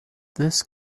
this